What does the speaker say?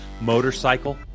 motorcycle